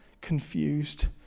confused